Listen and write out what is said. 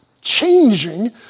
changing